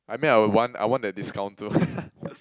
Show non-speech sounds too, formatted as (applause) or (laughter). I mean I would want I want that discount too (laughs)